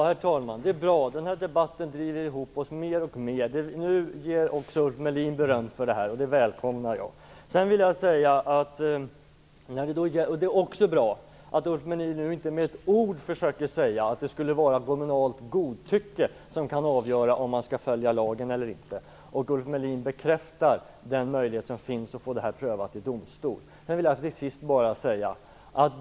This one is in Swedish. Herr talman! Det är bra. Den här debatten driver ihop oss mer och mer. Nu ger också Ulf Melin förslaget beröm, och det välkomnar jag. Det är också bra att Ulf Melin nu inte med ett ord försöker säga att det skulle vara kommunalt godtycke som avgör om lagen följs eller inte. Ulf Melin bekräftar också den möjlighet som finns att få dessa ärenden prövade i domstol.